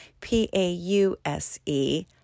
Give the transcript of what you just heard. P-A-U-S-E